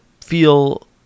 feel